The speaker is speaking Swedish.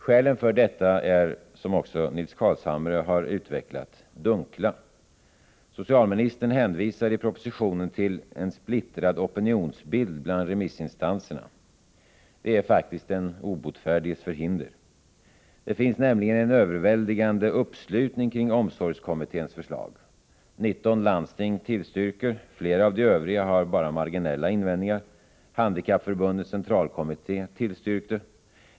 Skälen för detta är, som också Nils Carlshamre har utvecklat, dunkla. Socialministern hänvisar i propositionen till en splittrad opinionsbild bland remissinstanserna. Det är faktiskt den obotfärdiges förhinder. Det finns nämligen en överväldigande uppslutning kring omsorgskommitténs förslag. 19 landsting tillstyrker. Flera av de övriga har bara marginella invändningar. Handikappförbundens centralkommitté tillstyrkte.